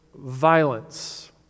violence